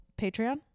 Patreon